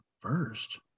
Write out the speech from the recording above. first